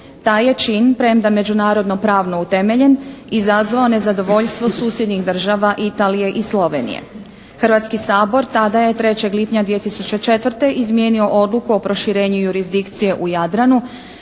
Taj je čin premda međunarodno pravno utemeljen izazvao nezadovoljstvo susjednih država Italije i Slovenije. Hrvatski sabor tada je 3. lipnja 2004. izmijenio odluku o proširenju jurisdikcije u Jadranu